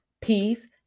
peace